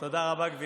תודה רבה, גברתי.